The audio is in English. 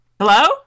Hello